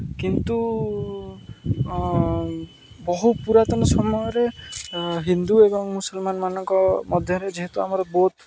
କିନ୍ତୁ ବହୁ ପୁରାତନ ସମୟରେ ହିନ୍ଦୁ ଏବଂ ମୁସଲମାନମାନଙ୍କ ମଧ୍ୟରେ ଯେହେତୁ ଆମର ବହୁତ